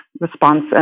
response